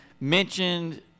mentioned